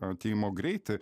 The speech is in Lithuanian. atėjimo greitį